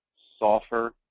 sulfur,